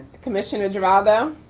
commissioner geraldo.